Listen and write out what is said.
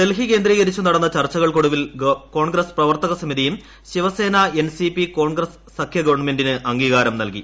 ഡൽഹി കേന്ദ്രീകരിച്ചു നടന്ന ചർച്ചകൾക്കൊടുവിൽ കോൺഗ്രസ് പ്രവർത്തക സമിതിയും ശിവസേന എൻസിപി കോൺഗ്രസ് സഖ്യ ഗവൺമെന്റിന് അംഗീകാരം നൽകി